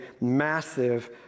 massive